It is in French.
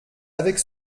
avec